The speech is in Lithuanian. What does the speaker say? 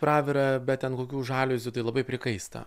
pravirą be ten kokių žaliuzių tai labai prikaista